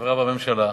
חברה בממשלה.